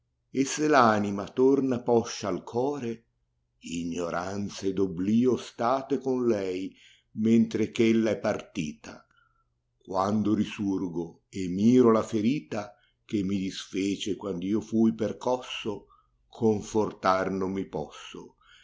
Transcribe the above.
v anima torna poscia al core ignoranza ed obblio stato è con lei mentre eh ella è partita quando risurgo e miro la ferita che mi disfece quando io fui percosso confortar non mi posso